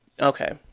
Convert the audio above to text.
Okay